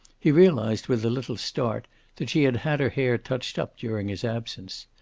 he realized with a little start that she had had her hair touched up during his absence.